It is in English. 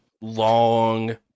long